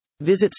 Visit